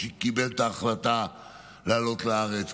שקיבל את ההחלטה לעלות לארץ,